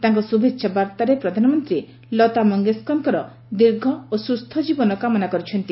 ତାଙ୍କର ଶୁଭେଚ୍ଛା ବାର୍ତ୍ତାରେ ପ୍ରଧାନମନ୍ତ୍ରୀ ଲତା ମଙ୍ଗେସକରଙ୍କର ଦୀର୍ଘ ଓ ସୁସ୍ଥ ଜୀବନ କାମନା କରିଛନ୍ତି